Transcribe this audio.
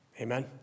amen